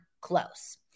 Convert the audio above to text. close